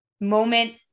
moment